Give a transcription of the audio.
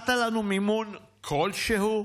נתת לנו מימון כלשהו?